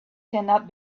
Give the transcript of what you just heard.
cannot